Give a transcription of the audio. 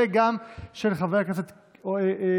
וגם של חבר הכנסת קיש,